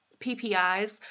PPIs